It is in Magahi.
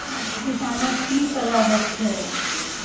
किसानोक की करवा होचे?